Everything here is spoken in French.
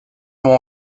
m’ont